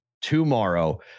tomorrow